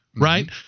right